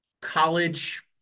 college